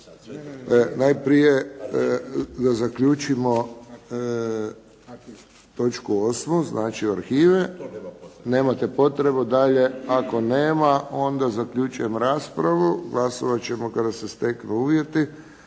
Najprije da zaključimo točku 8., znači arhive. … /Upadica: To nema potrebe./… Nemate potrebu. Dalje ako nema, onda zaključujem raspravu. Glasovat ćemo kada se steknu uvjeti.